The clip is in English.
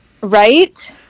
Right